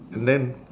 and then